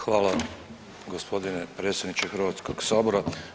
Hvala gospodine predsjedniče Hrvatskog sabora.